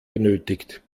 benötigt